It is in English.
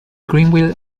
greenville